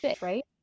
right